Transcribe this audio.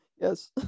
Yes